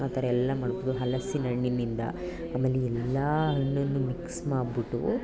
ಆ ಥರ ಎಲ್ಲ ಮಾಡ್ಬೌದು ಹಲಸಿನ ಹಣ್ಣಿನಿಂದ ಆಮೇಲೆ ಎಲ್ಲ ಹಣ್ಣನ್ನು ಮಿಕ್ಸ್ ಮಾಡಿಬಿಟ್ಟು